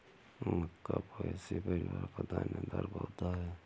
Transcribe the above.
मक्का Poaceae परिवार का दानेदार पौधा है